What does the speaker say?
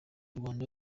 rwanda